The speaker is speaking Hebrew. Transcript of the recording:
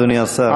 אדוני השר.